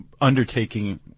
undertaking